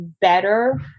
better